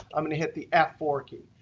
i'm going to hit the f four key.